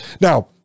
Now